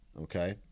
okay